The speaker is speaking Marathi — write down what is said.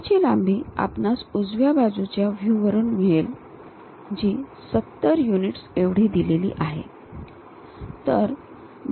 C ची लांबी आपणास उजव्या बाजूच्या व्ह्यू वरून मिळेल जी 70 युनिट्स एवढी दिलेली आहे